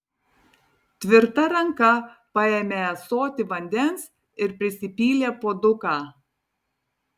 tvirta ranka paėmė ąsotį vandens ir prisipylė puoduką